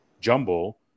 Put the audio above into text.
jumble